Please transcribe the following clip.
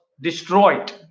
destroyed